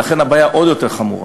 ולכן הבעיה עוד יותר חמורה.